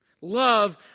Love